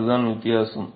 அதுதான் வித்தியாசம்